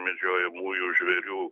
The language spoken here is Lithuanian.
medžiojamųjų žvėrių